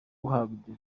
guhabwa